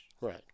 right